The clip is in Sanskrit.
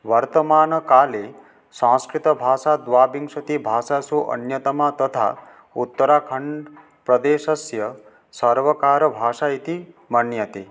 वर्तमानकाले संस्कृतभाषा द्वाविंशतिभाषासु अन्यतमा तथा उत्तराखण्ड् प्रदेशस्य सर्वकारभाषा इति मन्यते